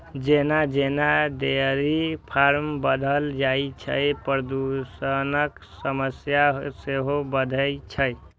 जेना जेना dairy farm बढ़ल जाइ छै, प्रदूषणक समस्या सेहो बढ़ै छै